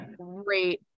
great